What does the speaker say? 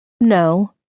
No